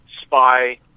spy